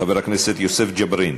חבר הכנסת יוסף ג'בארין,